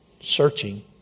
searching